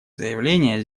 заявления